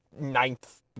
ninth